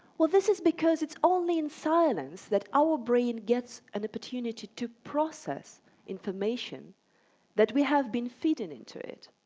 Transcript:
well, this is because it's only in silence that our brain gets an opportunity to process information that we have been feeding into it.